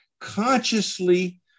consciously